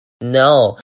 No